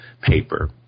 paper